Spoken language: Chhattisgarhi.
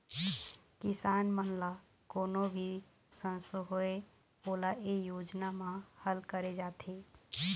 किसान मन ल कोनो भी संसो होए ओला ए योजना म हल करे जाथे